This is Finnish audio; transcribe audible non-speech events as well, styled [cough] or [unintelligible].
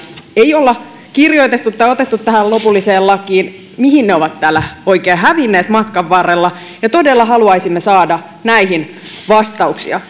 ei ole kirjoitettu tai otettu tähän lopulliseen lakiin mihin ne ovat oikein hävinneet matkan varrella ja todella haluaisimme saada näihin vastauksia [unintelligible]